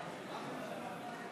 הודעות חשובות.